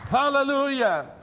hallelujah